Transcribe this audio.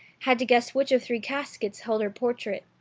had to guess which of three caskets held her portrait.